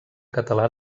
català